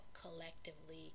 collectively